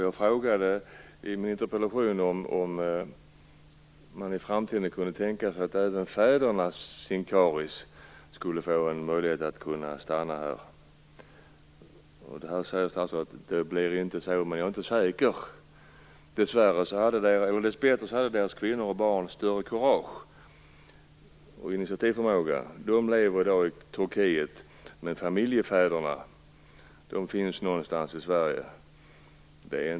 Jag frågade i min interpellation om man i framtiden kunde tänka sig att även fäderna Sincari skulle få möjlighet att stanna. Det blir inte så säger statsrådet, men jag är inte säker. Dessbättre hade deras kvinnor och barn större kurage och initiativförmåga. De lever i dag i Turkiet, men familjefäderna finns någonstans i Sverige.